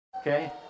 Okay